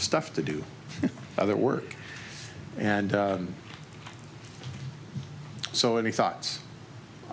stuff to do other work and so any thoughts